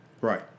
Right